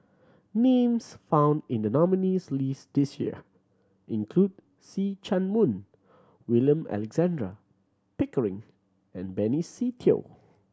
names found in the nominees' list this year include See Chak Mun William Alexander Pickering and Benny Se Teo